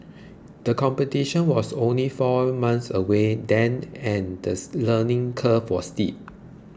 the competition was only four months away then and this learning curve was steep